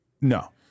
No